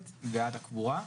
ועד הקבורה,